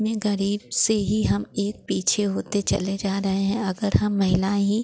में ग़रीब से ही हम एक पीछे होते चले जा रहे हैं अगर हम महिलाएँ ही